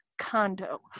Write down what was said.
condo